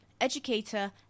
educator